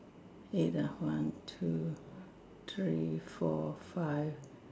hey there one two three four five